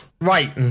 Right